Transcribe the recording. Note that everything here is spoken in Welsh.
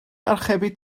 archebu